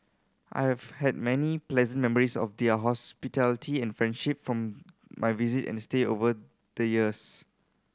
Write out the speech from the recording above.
I have had many pleasant memories of their hospitality and friendship from my visit and stay over the years